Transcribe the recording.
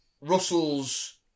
Russell's